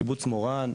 קיבוץ מורן,